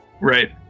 right